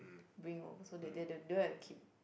bring over so they don't don't don't have to keep